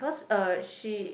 cause uh she